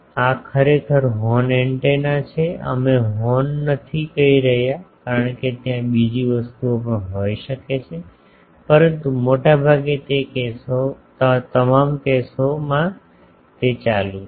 આ ખરેખર horn antenna છે અમે હોર્ન નથી કહી રહ્યા કારણ કે ત્યાં બીજી વસ્તુઓ પણ હોઈ શકે છે પરંતુ મોટે ભાગે તે તમામ કેસોમાં તે ચાલુ છે